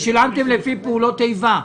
ושילמתם לפי פעולות איבה?